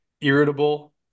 irritable